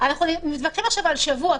אנחנו מתווכחים עכשיו על שבוע,